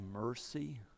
mercy